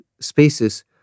spaces